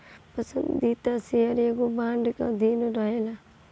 पसंदीदा शेयर एगो बांड के अधीन रहेला